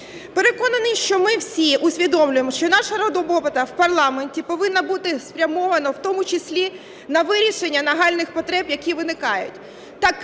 Переконана, що ми всі усвідомлюємо, що наша робота в парламенті повинна бути спрямована в тому числі на вирішення нагальних потреб, які виникають.